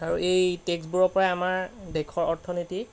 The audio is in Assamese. আৰু এই টেক্সবোৰৰপৰাই আমাৰ দেশৰ অৰ্থনীতি